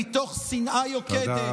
מתוך שנאה יוקדת,